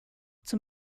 zum